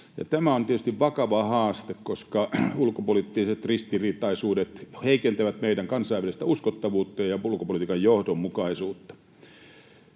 tämä on tietysti vakava haaste, koska ulkopoliittiset ristiriitaisuudet heikentävät meidän kansainvälistä uskottavuuttamme ja ulkopolitiikan johdonmukaisuutta.